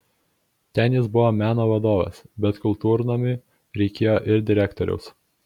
ten jis buvo meno vadovas bet kultūrnamiui reikėjo ir direktoriaus